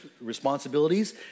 responsibilities